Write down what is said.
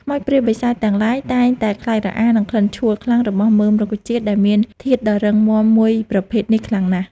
ខ្មោចព្រាយបិសាចទាំងឡាយតែងតែខ្លាចរអានឹងក្លិនឆួលខ្លាំងរបស់មើមរុក្ខជាតិដែលមានធាតុដីរឹងមាំមួយប្រភេទនេះខ្លាំងណាស់។